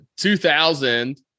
2000